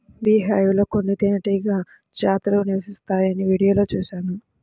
beehive లో కొన్ని తేనెటీగ జాతులు నివసిస్తాయని వీడియోలో చూశాను